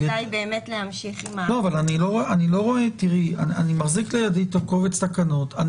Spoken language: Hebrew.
אני מחזיק בידי את קובץ התקנות,